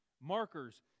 markers